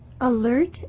alert